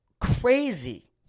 crazy